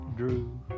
Drew